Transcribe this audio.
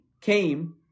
came